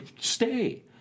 Stay